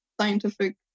scientific